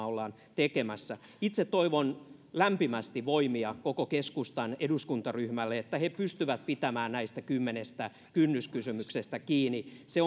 ollaan tekemässä itse toivon lämpimästi voimia koko keskustan eduskuntaryhmälle että he pystyvät pitämään näistä kymmenestä kynnyskysymyksestä kiinni se